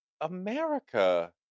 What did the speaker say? America